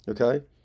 Okay